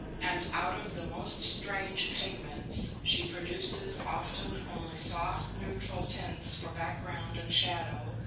and out of the most strange pigments she produces often only soft neutral tints for background and shadow,